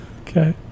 Okay